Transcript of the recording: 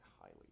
highly